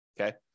Okay